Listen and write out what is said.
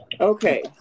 Okay